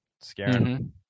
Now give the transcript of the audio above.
Scaring